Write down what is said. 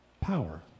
power